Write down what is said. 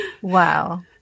wow